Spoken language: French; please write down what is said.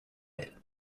elle